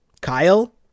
Kyle